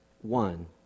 one